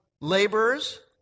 laborers